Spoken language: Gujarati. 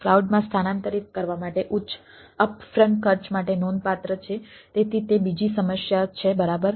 ક્લાઉડમાં સ્થાનાંતરિત કરવા માટે ઉચ્ચ અપફ્રન્ટ ખર્ચ માટે નોંધપાત્ર છે તેથી તે બીજી સમસ્યા છે બરાબર